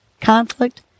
conflict